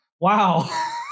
Wow